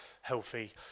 healthy